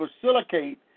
facilitate